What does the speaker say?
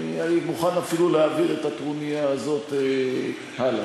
אני מוכן אפילו להעביר את הטרוניה הזאת הלאה.